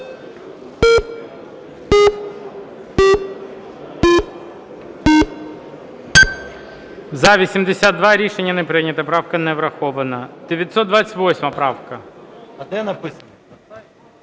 За-80 Рішення не прийнято. Правка не врахована. 930 правка.